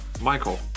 Michael